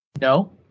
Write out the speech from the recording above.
No